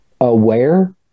aware